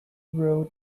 row